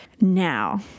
Now